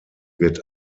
wird